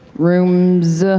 rooms? ah